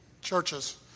Churches